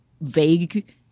vague